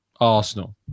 Arsenal